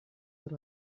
that